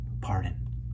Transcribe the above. pardon